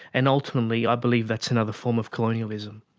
and ultimately i believe that's another form of colonialism.